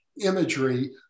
imagery